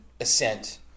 assent